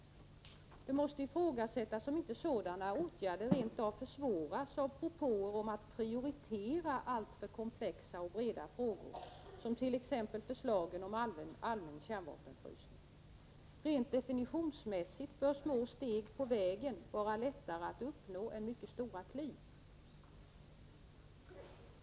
Det måste ifrågasättas om inte sådana åtgärder rent av försvåras av propåer om att prioritera alltför komplexa och breda frågor, t.ex. förslagen om allmän kärnvapenfrysning. Rent definitionsmässigt bör små steg på vägen vara lättare att klara än mycket stora kliv.